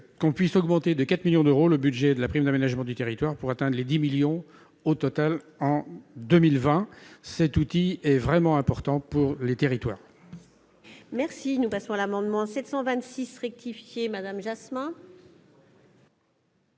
qu'on puisse augmenter de 4 millions d'euros, le budget de la prime d'aménagement du territoire pour éteindre les 10 millions au total en 2020, cet outil est vraiment important pour les territoires. Merci, nous passons à l'amendement 726 rectifié madame Jasmin.